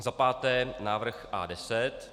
Za páté návrh A10.